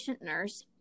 nurse